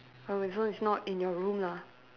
oh so it's not in your room lah